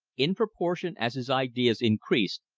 in proportion as his ideas increased,